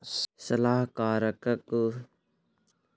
सलाहकारक सुझाव सॅ ओ उत्तम उपकरणक चुनाव कय सकला